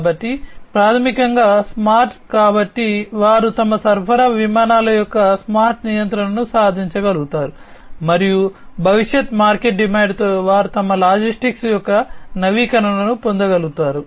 కాబట్టి ప్రాథమికంగా స్మార్ట్ కాబట్టి వారు తమ సరఫరా విమానాల యొక్క స్మార్ట్ నియంత్రణను సాధించగలుగుతారు మరియు భవిష్యత్ మార్కెట్ డిమాండ్తో వారు తమ లాజిస్టిక్స్ యొక్క స్థితి నవీకరణను పొందగలుగుతారు